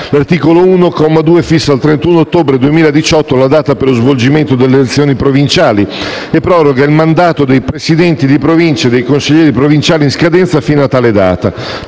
L'articolo 1, comma 2, fissa al 31 ottobre 2018 la data per lo svolgimento delle elezioni provinciali e proroga il mandato dei Presidenti di Provincia e dei consiglieri provinciali in scadenza fino a tale data;